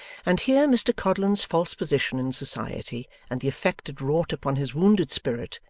and here mr codlin's false position in society and the effect it wrought upon his wounded spirit,